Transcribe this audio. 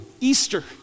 Easter